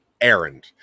errand